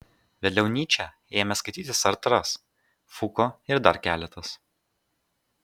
vėliau nyčę ėmė skaityti sartras fuko ir dar keletas